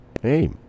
hey